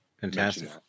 fantastic